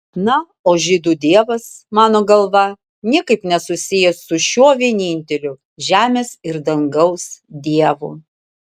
na o žydų dievas mano galva niekaip nesusijęs su šiuo vieninteliu žemės ir dangaus dievu